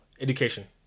Education